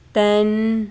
ਤਿੰਨ